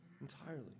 entirely